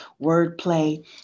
wordplay